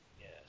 Yes